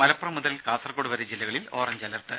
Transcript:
മലപ്പുറം മുതൽ കാസർകോട് വരെ ജില്ലകളിൽ ഓറഞ്ച് അലർട്ട്